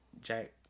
Jack